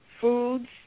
foods